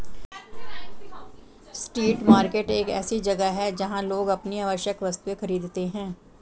street market एक ऐसी जगह है जहां लोग अपनी आवश्यक वस्तुएं खरीदते हैं